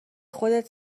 خودت